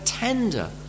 Tender